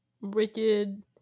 wicked